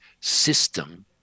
system